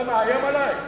אתה מאיים עלי?